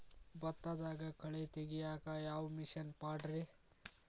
ಭತ್ತದಾಗ ಕಳೆ ತೆಗಿಯಾಕ ಯಾವ ಮಿಷನ್ ಪಾಡ್ರೇ?